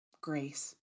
Grace